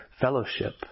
fellowship